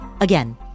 Again